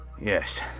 Yes